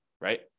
right